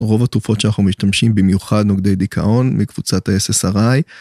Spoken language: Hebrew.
רוב התרופות שאנחנו משתמשים במיוחד נוגדי דיכאון מקבוצת ה-SSRI.